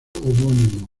homónimo